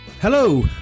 Hello